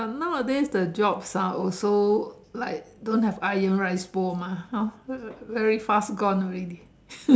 but nowadays the jobs are also like don't have iron rice bowl mah hor very fast gone already